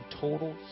total